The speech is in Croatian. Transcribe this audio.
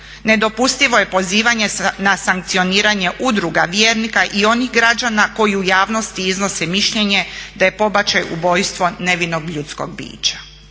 nedopustivo je pozivanje na sankcioniranje udruga vjernika i onih građana koji u javnosti iznose mišljenje da je pobačaj ubojstvo nevinog ljudskog bića.